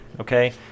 Okay